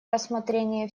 рассмотрение